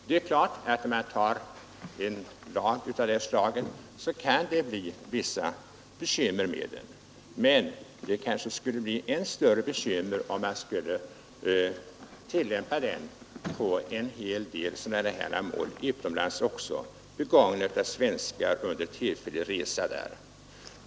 Om man antar en lag av detta slag kan det givetvis bli vissa bekymmer med den. Men det kanske blev ännu större bekymmer om man skulle tillämpa svensk lag för brott, begångna utomlands av svenskar under tillfälliga resor där.